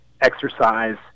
exercise